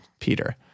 Peter